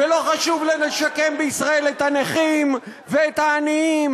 ולא חשוב להם לשקם בישראל את הנכים ואת העניים